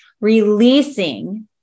releasing